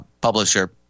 publisher